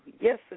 Yes